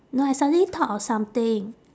no I suddenly thought of something